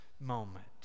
moment